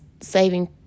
saving